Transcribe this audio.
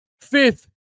fifth